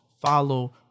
follow